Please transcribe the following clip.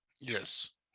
yes